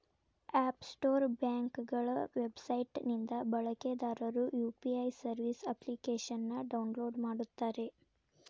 app store ಬ್ಯಾಂಕ್ಗಳ website ನಿಂದ ಬಳಕೆದಾರರು ಯು.ಪಿ.ಐ ಸರ್ವಿಸ್ ಅಪ್ಲಿಕೇಶನ್ನ ಡೌನ್ಲೋಡ್ ಮಾಡುತ್ತಾರೆ